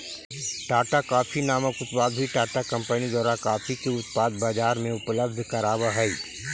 Tata coffee नामक उत्पाद भी टाटा कंपनी द्वारा कॉफी के उत्पाद बजार में उपलब्ध कराब हई